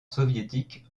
soviétique